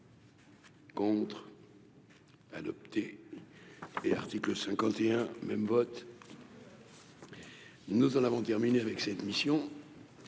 Contre adopté et article 51 même vote. Nous en avons terminé avec cette mission,